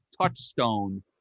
Touchstone